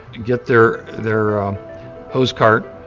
get their their hose cart,